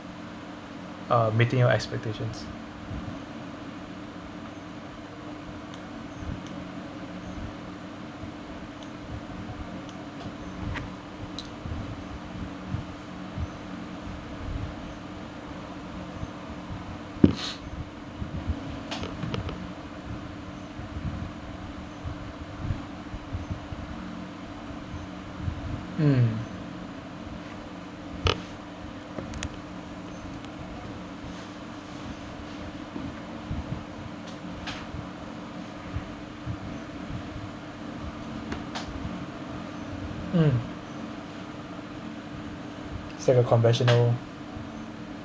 uh meeting your expectation mm mm it's a conventional